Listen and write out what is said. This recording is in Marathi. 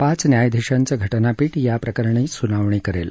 पाच न्यायाधीशांचं घटनापीठ याप्रकरणी सुनावणी करेल